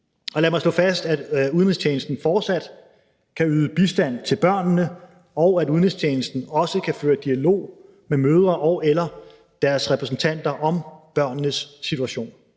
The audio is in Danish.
Lad mig slå fast, at udenrigstjenesten fortsat kan yde bistand til børnene, og at udenrigstjenesten også kan føre dialog med mødre og/eller deres repræsentanter om børnenes situation.